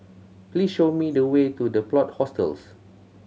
please show me the way to The Plot Hostels